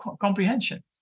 comprehension